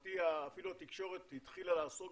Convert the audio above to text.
ולשמחתי אפילו התקשורת התחילה לעסוק